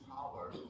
power